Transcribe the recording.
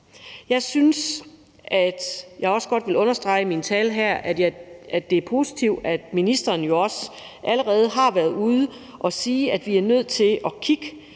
understrege, at det også er positivt, at ministeren allerede har været ude at sige, at vi er nødt til at kigge